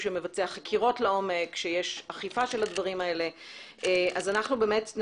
חוקרת לעומק ואוכפת, שאליה צריך לפנות בעת הצורך.